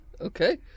Okay